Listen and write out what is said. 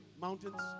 mountains